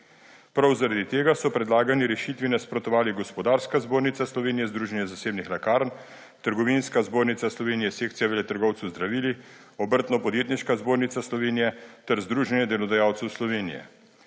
Prav zaradi tega so predlagani rešitvi nasprotovali Gospodarska zbornica Slovenije, Združenje zasebnih lekarn, Trgovinska zbornica Slovenije, Sekcija veletrgovcev z zdravili, Obrtno-podjetniška zbornica Slovenije ter Združenje delodajalcev Slovenije.